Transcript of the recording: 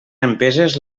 empeses